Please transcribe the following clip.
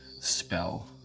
spell